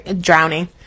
Drowning